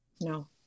No